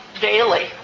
daily